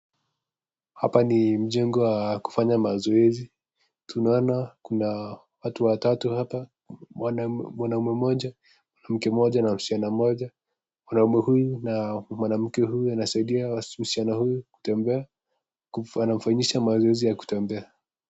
Hapa ni mjengo wa kufanya mazoezi. Tunaona kuna watu watatu hapa, mwanaume mmoja, mke mmoja na msichana mmoja. Mwanaume huyu na mwanamke huyu wanasaidia msichana huyu kutembea, wanamfanyisha mazoezi ya kutembea.